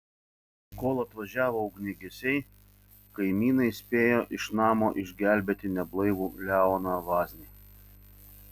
kol atvažiavo ugniagesiai kaimynai spėjo iš namo išgelbėti neblaivų leoną vaznį